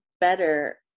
better